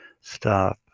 stop